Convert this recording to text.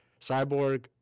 Cyborg